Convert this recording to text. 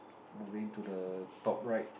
moving to the top right